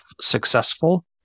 successful